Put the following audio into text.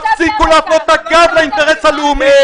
תפסיקו להפנות את הגב לאינטרס הלאומי,